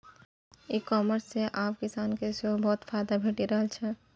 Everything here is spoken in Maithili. ई कॉमर्स सं आब किसान के सेहो बहुत फायदा भेटि रहल छै